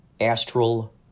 Astral